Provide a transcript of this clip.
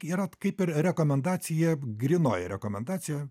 yra kaip ir rekomendacija grynoji rekomendacija